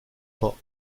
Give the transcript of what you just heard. pas